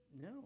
no